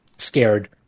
scared